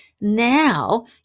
now